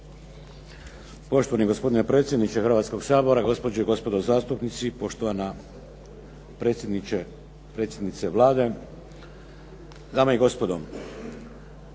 Poštovani gospodine predsjedniče Hrvatskoga sabora, gospođe i gospodo zastupnici, poštovana predsjednice Vlade, dame i gospodo.